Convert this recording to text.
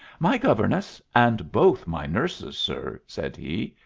my governesses and both my nurses, sir, said he.